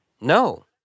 No